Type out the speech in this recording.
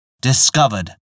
discovered